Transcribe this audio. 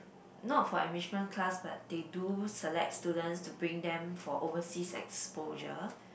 not for enrichment class but they do select students to bring them for overseas exposure